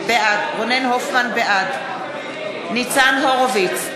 בעד ניצן הורוביץ,